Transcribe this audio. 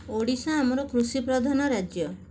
ଓଡ଼ିଶା ଆମର କୃଷି ପ୍ରଧାନ ରାଜ୍ୟ